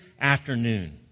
afternoon